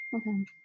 Okay